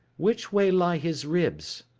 which way lie his ribs?